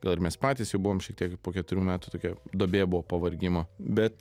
gal ir mes patys jau buvom šitiek po keturių metų tokia duobė buvo pavargimo bet